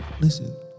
listen